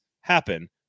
happen